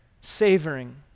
savoring